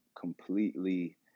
completely